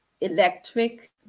electric